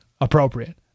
appropriate